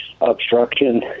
obstruction